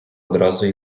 одразу